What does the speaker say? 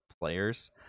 players